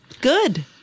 good